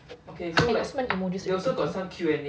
and got so many emojis